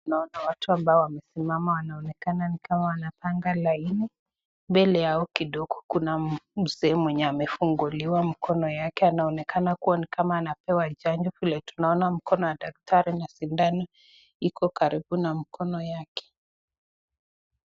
Tunaona watu ambao wamesimama wanaonekana ni kama wanapanga laini. Mbele yao kidogo kuna mzee amefunguliwa mkono yake. Anaonekana ni kama anapewa chanjo vile tunaona mkono ya daktari na chanjo iko karibu na mkono yake.